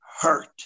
hurt